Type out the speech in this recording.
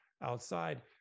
outside